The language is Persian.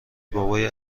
بابای